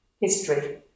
history